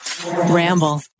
Ramble